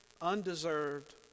undeserved